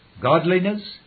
godliness